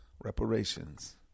reparations